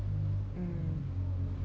mm